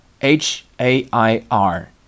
H-A-I-R